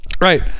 right